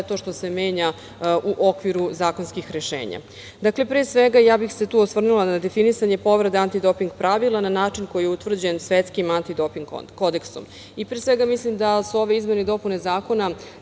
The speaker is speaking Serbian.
to što se menja u okviru zakonskih rešenja. Dakle, ja bih se tu osvrnula na definisanje povrede antidoping pravila na način koji je utvrđen Svetskim antidoping kodeksom. Mislim da su ove izmene i dopune zakona,